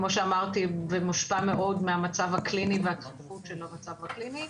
כמו שאמרתי זה מושפע מאוד מהמצב הקליני ומהדחיפות של המצב הקליני.